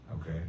okay